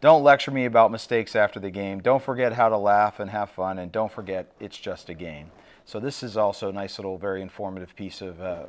don't lecture me about mistakes after the game don't forget how to laugh and have fun and don't forget it's just a game so this is also a nice little very informative piece of